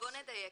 בוא נדייק,